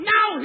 Now